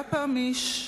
היה פעם איש,